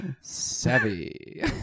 Savvy